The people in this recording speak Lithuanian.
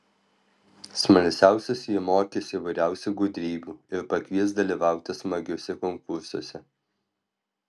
smalsiausius ji mokys įvairiausių gudrybių ir pakvies dalyvauti smagiuose konkursuose